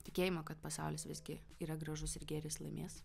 tikėjimo kad pasaulis visgi yra gražus ir gėris laimės